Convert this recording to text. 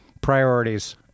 priorities